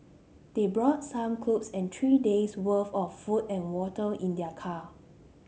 they brought some clothes and three days' worth of food and water in their car